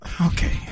Okay